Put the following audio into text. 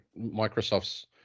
Microsoft's